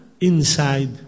inside